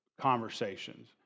conversations